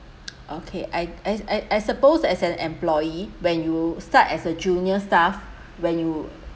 okay I I s~ I I suppose as an employee when you start as a junior staff when you